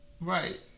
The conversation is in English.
Right